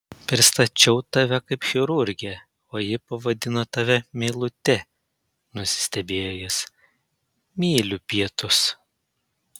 pristačiau tave kaip chirurgę o ji pavadino tave meilute nusistebėjo jis myliu pietus